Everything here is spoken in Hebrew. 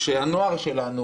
שהנוער שלנו